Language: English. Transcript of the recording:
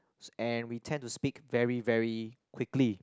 s~ and we tend to speak very very quickly